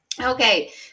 okay